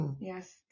Yes